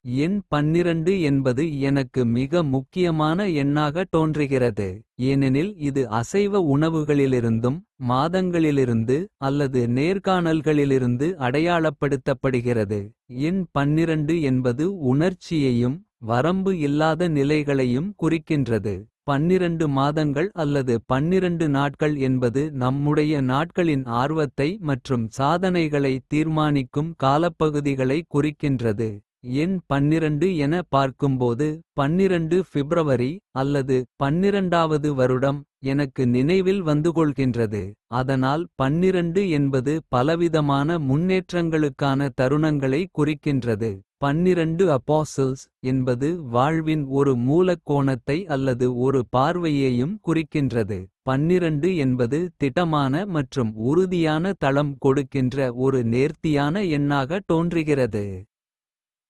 எண் என்பது எனக்கு மிக முக்கியமான எண்ணாக. தோன்றுகிறது ஏனெனில் இது அசைவ உணவுகளிலிருந்தும். மாதங்களிலிருந்து அல்லது நேர்காணல்களிலிருந்து. அடையாளப்படுத்தப்படுகிறது எண் என்பது உணர்ச்சியையும். வரம்பு இல்லாத நிலைகளையும் குறிக்கின்றது. மாதங்கள் அல்லது நாட்கள் என்பது நம்முடைய நாட்களின். ஆர்வத்தை மற்றும் சாதனைகளை தீர்மானிக்கும் காலப்பகுதிகளை. குறிக்கின்றது எண் என பார்க்கும்போது. பிப்ரவரி அல்லது வது வருடம் எனக்கு நினைவில். வந்துகொள்கின்றது அதனால் என்பது பலவிதமான. முன்னேற்றங்களுக்கான தருணங்களை குறிக்கின்றது. என்பது வாழ்வின் ஒரு மூலக் கோணத்தை அல்லது ஒரு. பார்வையையும் குறிக்கின்றது என்பது திடமான மற்றும். உறுதியான தளம் கொடுக்கின்ற ஒரு நேர்த்தியான. எண்ணாக தோன்றுகிறது.